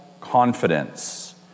confidence